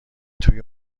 توی